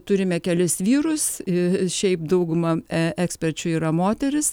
turime kelis vyrus šiaip dauguma eksperčių yra moterys